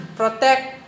protect